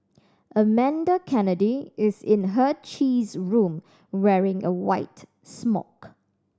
Amanda Kennedy is in her cheese room wearing a white smock